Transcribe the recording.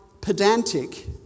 pedantic